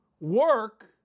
work